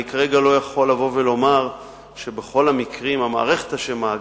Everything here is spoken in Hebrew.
אני כרגע לא יכול לומר שבכל המקרים המערכת אשמה,